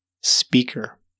speaker